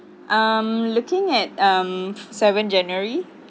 I'm looking at um seven january